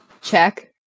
check